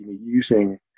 using